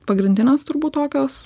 pagrindinės turbūt tokios